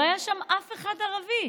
לא היה שם אף אחד ערבי,